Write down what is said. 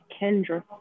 Kendra